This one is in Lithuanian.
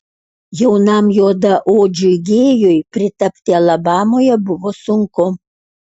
jaunam juodaodžiui gėjui pritapti alabamoje buvo sunku